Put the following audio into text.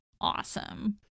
awesome